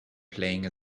playing